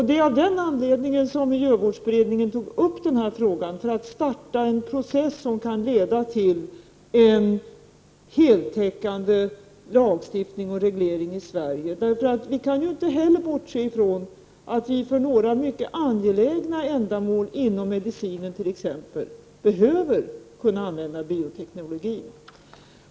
Det är av den anledningen som miljövårdsberedningen tog upp denna fråga för att starta en process som kan leda till en heltäckande lagstiftning och reglering i Sverige. Vi kan ju inte heller bortse från att vi för några mycket angelägna ändamål, t.ex. inom medicinen, behöver kunna använda bioteknologin.